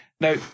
Now